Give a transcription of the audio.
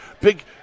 Big